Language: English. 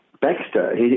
Baxter